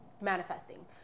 manifesting